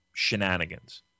shenanigans